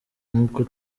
nk’uko